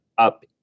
up